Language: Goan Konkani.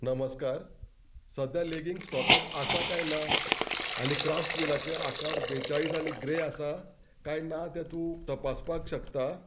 नमस्कार सद्या लेगींग स्टॉकांत आसा काय ना आनी क्राफ्ट्स विलाचे आकार बेचाळीस आनी ग्रे आसा काय ना तें तूं तपासपाक शकता